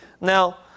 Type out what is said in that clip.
Now